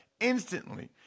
instantly